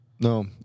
No